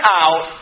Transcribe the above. out